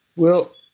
well,